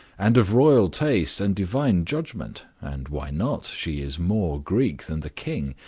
and of royal taste and divine judgment. and why not? she is more greek than the king.